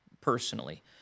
personally